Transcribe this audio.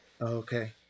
Okay